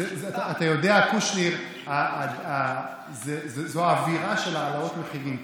אתה יודע, קושניר, זו אווירה של העלאות מחירים.